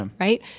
right